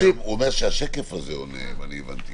הוא אומר שהשקף הזה עונה, אם הבנתי.